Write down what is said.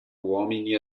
uomini